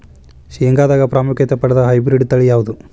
ಶೇಂಗಾದಾಗ ಪ್ರಾಮುಖ್ಯತೆ ಪಡೆದ ಹೈಬ್ರಿಡ್ ತಳಿ ಯಾವುದು?